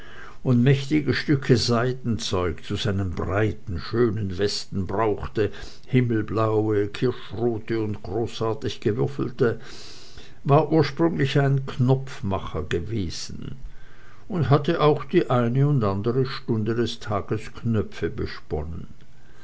und mächtige stücke seidenzeug zu seinen breiten schönen westen brauchte himmelblaue kirschrote und großartig gewürfelte war ursprünglich ein knopfmacher gewesen und hatte auch die eine und andere stunde des tages knöpfe besponnen